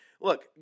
look